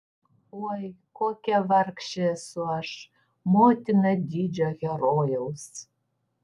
oi kokia vargšė esu aš motina didžio herojaus